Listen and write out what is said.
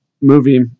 movie